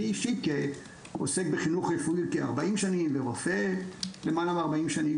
אני אישית עוסק בחינוך רפואי כ-40 שנים ורופא למעלה מ-40 שנים.